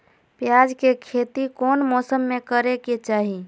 प्याज के खेती कौन मौसम में करे के चाही?